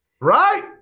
Right